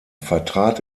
vertrat